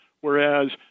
whereas